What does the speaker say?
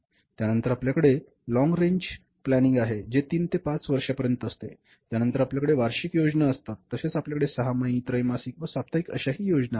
त्यानंतर आपल्याकडे long range planning आहे जे 3 ते 5 वर्षांपर्यंत असते त्यानंतर आपल्याकडे वार्षिक योजना असतात तसेच आपल्याकडे सहामाही त्रैमासिक व साप्ताहिक अश्या ही योजना आहेत